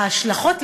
ההשלכות,